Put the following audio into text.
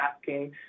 asking